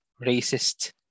racist